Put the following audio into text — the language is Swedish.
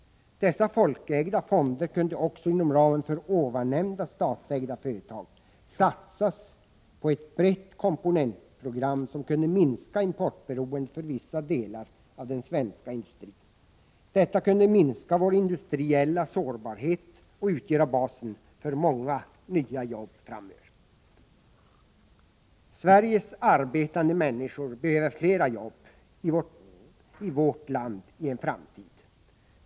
Dessa folkägda fonder kunde också inom ramen för nämnda statsägda företag satsas på ett brett komponentprogram, som kunde minska importberoendet för vissa delar av den svenska industrin. Detta kunde i sin tur minska vår industriella sårbarhet och utgöra basen för många nya jobb framöver. Sveriges arbetande människor behöver flera jobb i en framtid.